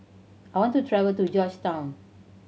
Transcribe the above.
I want to travel to Georgetown